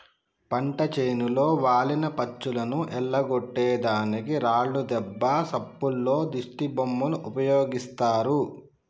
పంట చేనులో వాలిన పచ్చులను ఎల్లగొట్టే దానికి రాళ్లు దెబ్బ సప్పుల్లో దిష్టిబొమ్మలు ఉపయోగిస్తారు